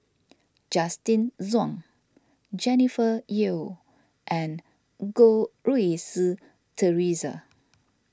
Justin Zhuang Jennifer Yeo and Goh Rui Si theresa